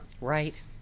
Right